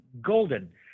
golden